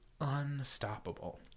unstoppable